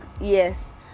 yes